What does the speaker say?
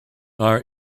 are